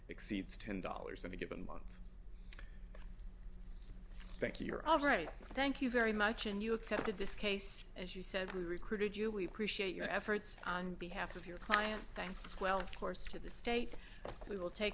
exceeds ten dollars in a given month thank you you're all right thank you very much and you accepted this case as you said we recruited you we appreciate your efforts on behalf of your client thanks as well of course to the state we will take